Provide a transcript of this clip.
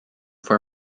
for